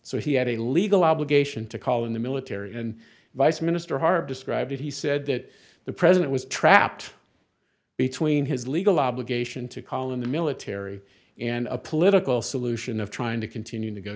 so he had a legal obligation to call in the military and vice minister harper described it he said that the president was trapped between his legal obligation to call in the military and a political solution of trying to continue